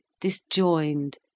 disjoined